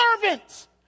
servants